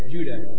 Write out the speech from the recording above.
Judah